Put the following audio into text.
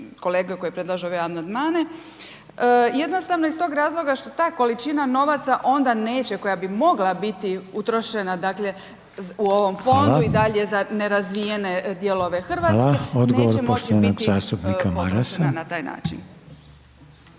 kolege koje predlažu ove amandmane jednostavno iz tog razloga što ta količina novaca onda neće koja bi mogla biti utrošena, dakle, u ovom fondu…/Upadica: Hvala/…i dalje za nerazvijene dijelove RH…/Upadica: Hvala, odgovor…/…neće moći biti potrošena na taj način.